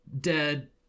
dead